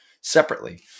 separately